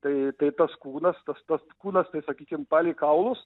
tai tas kūnas rastas kūnas tai sakykime palei kaulus